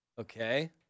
Okay